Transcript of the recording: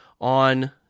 on